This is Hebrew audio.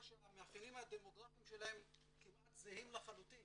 שהמאפיינים הדמוגרפיים שלהם כמעט זהים לחלוטין